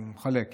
אני מחלק,